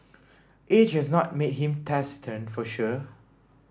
age has not made him taciturn for sure